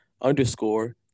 underscore